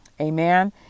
Amen